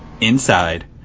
inside